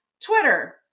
Twitter